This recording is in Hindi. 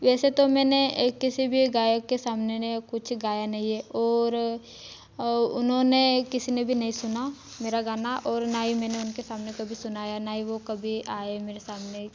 वैसे तो मैंने ए किसी भी गायक के सामने ने कुछ गाया नहीं है और औ उन्होंने किसी ने भी नहीं सुना मेरा गाना और ना ही मैंने उनके सामने कभी सुनाया ना ही वो कभी आए मेरे सामने